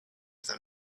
them